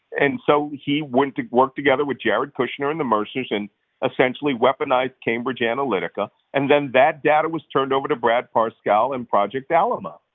and so he went to work together with jared kushner and the mercers, and essentially weaponized cambridge analytica, and then that data was turned over to brad parscale and project alamo.